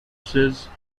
says